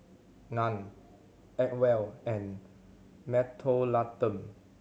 Nan Acwell and Mentholatum